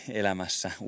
elämässä